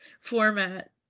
format